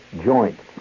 joints